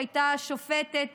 שהייתה שופטת